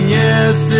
yes